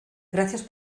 gracias